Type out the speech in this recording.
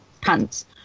pants